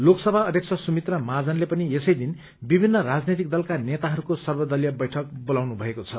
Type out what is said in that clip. लोकसभा अध्यक्ष सुमित्रा महाजनले पनि यसै दिन विभिन्न राजनैतिक दलका नेताइरूको सर्वदलीय बैठक बोलाउनु भएको छ